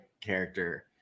character